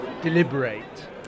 deliberate